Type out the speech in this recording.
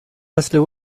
leslie